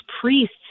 priests